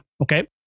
okay